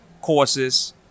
courses